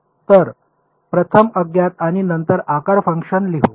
तर प्रथम अज्ञात आणि नंतर आकार फंक्शन लिहू